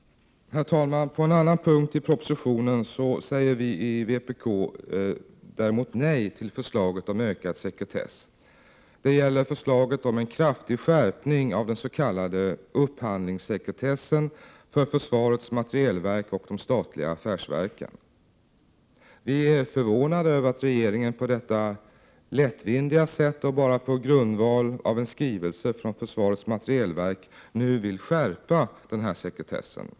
På en annan punkt i propositionen säger vi i vpk däremot nej till förslaget om ökad sekretess. Det gäller förslaget om en kraftig skärpning av den s.k. upphandlingssekretessen för försvarets materielverk och de statliga affärsverken. Vi är förvånade över att regeringen på detta lättvindiga sätt och bara på grundval av en skrivelse från försvarets materielverk nu vill skärpa sekretessen.